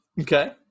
Okay